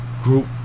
group